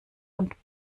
und